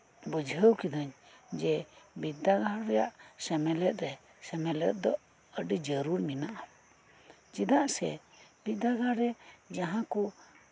ᱵᱩᱡᱷᱟᱹᱣ ᱠᱤᱫᱟᱹᱧ ᱡᱮ ᱵᱤᱨᱫᱟᱹᱜᱟᱲ ᱨᱮᱭᱟᱜ ᱥᱮᱢᱞᱮᱫ ᱨᱮ ᱥᱮᱢᱞᱮᱫᱚᱜ ᱟᱹᱰᱤ ᱡᱟᱹᱨᱩᱲ ᱢᱮᱱᱟᱜ ᱟ ᱪᱮᱫᱟᱜ ᱥᱮ ᱵᱤᱨᱫᱟᱹᱜᱟᱲ ᱨᱮ ᱡᱟᱦᱟᱸᱠᱩ